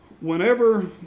whenever